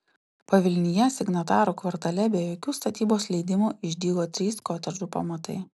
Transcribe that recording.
pavilnyje signatarų kvartale be jokių statybos leidimų išdygo trys kotedžų pamatai